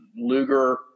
Luger